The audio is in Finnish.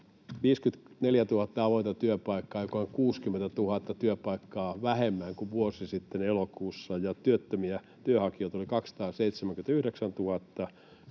54 000 avointa työpaikkaa, joka on 60 000 työpaikkaa vähemmän kuin vuosi sitten elokuussa, ja työttömiä työnhakijoita oli 279 000.